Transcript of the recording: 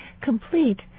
complete